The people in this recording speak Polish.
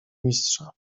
mistrza